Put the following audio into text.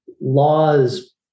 Laws